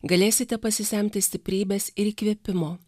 galėsite pasisemti stiprybės ir įkvėpimo